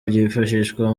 byifashishwa